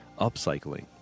upcycling